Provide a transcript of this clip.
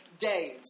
days